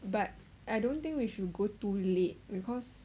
but I don't think we should go too late because